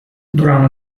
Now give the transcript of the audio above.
durant